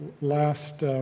last